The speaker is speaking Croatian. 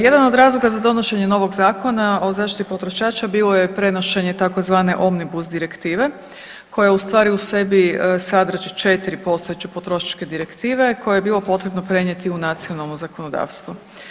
Jedan od razloga za donošenje novog Zakona o zaštiti potrošača bilo je prenošenje tzv. Omnibus direktive koja je u stvari u sebi sadrži četiri postojeće potrošačke direktive koje je bilo potrebno prenijeti u nacionalno zakonodavstvo.